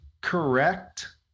correct